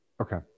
Okay